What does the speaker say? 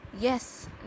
Yes